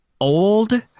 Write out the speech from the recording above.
old